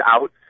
out